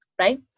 right